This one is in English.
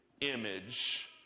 image